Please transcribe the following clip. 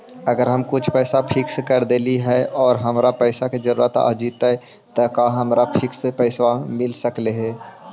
अगर हम कुछ पैसा फिक्स कर देली हे और हमरा पैसा के जरुरत आ जितै त का हमरा फिक्स पैसबा मिल सकले हे?